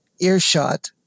earshot